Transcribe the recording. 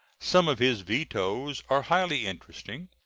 some of his vetoes are highly interesting,